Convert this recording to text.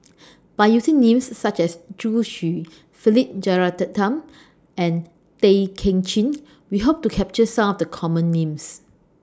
By using Names such as Zhu Xu Philip Jeyaretnam and Tay Kay Chin We Hope to capture Some of The Common Names